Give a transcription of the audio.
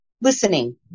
listening